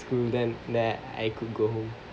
school then I could go home